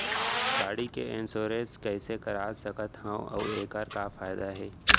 गाड़ी के इन्श्योरेन्स कइसे करा सकत हवं अऊ एखर का फायदा हे?